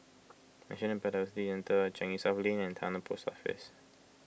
National Biodiversity Centre Changi Lane and Towner Post Office